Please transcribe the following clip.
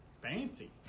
fancy